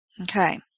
Okay